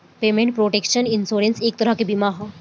payment protection insurance एक तरह के बीमा ह